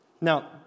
Now